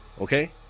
okay